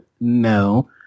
No